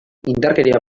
indarkeria